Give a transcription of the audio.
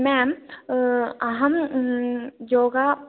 म्याम् अहं योगा